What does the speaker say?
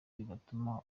bigatuma